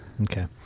Okay